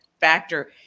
factor